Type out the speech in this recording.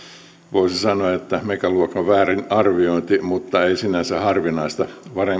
voisi sanoa että megaluokan väärinarviointi mutta ei sinänsä harvinaista